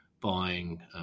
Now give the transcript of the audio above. buying